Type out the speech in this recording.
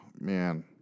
man